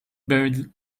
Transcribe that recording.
birds